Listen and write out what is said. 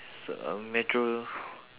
it's a metro